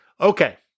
Okay